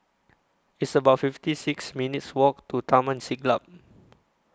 It's about fifty six minutes' Walk to Taman Siglap